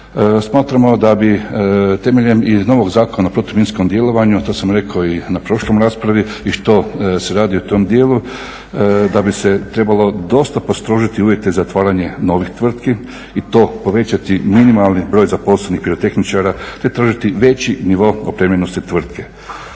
smatramo da bi temeljem novog Zakona o protuminskom djelovanju, a to sam rekao i na prošloj raspravi i što se radi u tom dijelu da bi se trebalo dosta postrožiti uvjete za otvaranje novih tvrtki i to povećati minimalni broj zaposlenih pirotehničara te tražiti veći nivo opremljenosti tvrtke.